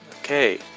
Okay